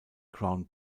crown